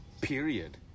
Period